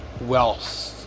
wealth